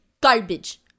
garbage